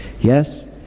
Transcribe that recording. Yes